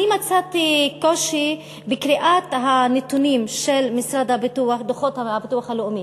אני מצאתי קושי בקריאת הנתונים של דוחות הביטוח הלאומי.